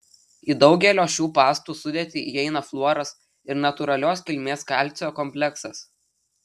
į daugelio šių pastų sudėtį įeina fluoras ir natūralios kilmės kalcio kompleksas